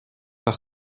par